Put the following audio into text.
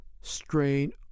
strain